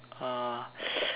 uh